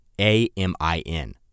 A-M-I-N